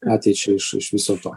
ateičiai iš iš viso to